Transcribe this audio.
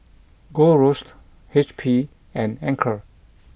Gold Roast H P and Anchor